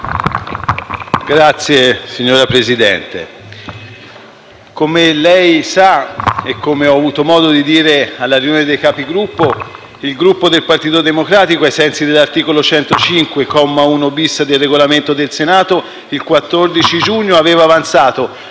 *(PD)*. Signor Presidente, come lei sa e come ho avuto modo di dire nella riunione dei Capigruppo, il Gruppo del Partito Democratico, ai sensi dell'articolo 105, comma 1-*bis*, del Regolamento del Senato, il 14 giugno aveva avanzato